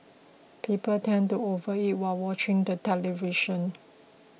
people tend to overeat while watching the television